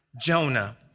Jonah